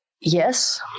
Yes